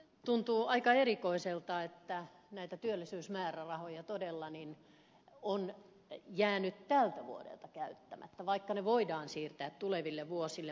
tuntuu aika erikoiselta että näitä työllisyysmäärärahoja todella on jäänyt tältä vuodelta käyttämättä vaikka ne voidaan siirtää tuleville vuosille